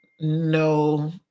no